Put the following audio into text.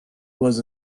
was